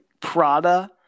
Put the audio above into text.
Prada